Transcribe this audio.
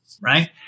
Right